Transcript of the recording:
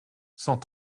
cent